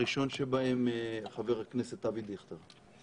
הראשון שבהם הוא חבר הכנסת אבי דיכטר.